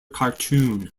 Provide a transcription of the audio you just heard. cartoon